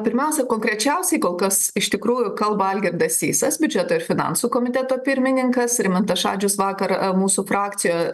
pirmiausia konkrečiausiai kol kas iš tikrųjų kalba algirdas sysas biudžeto ir finansų komiteto pirmininkas rimantas šadžius vakar mūsų frakcijo